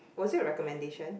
was it recommendation